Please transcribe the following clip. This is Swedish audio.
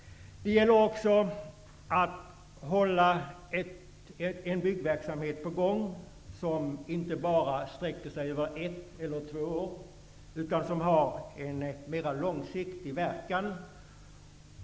Det gäller också att hålla en byggverksamhet i gång som inte bara sträcker sig över ett eller två år utan som har en mera långsiktig verkan.